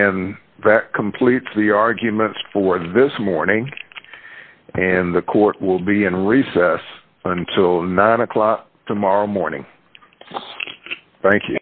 and completes the arguments for this morning and the court will be in recess until nine o'clock tomorrow morning thank you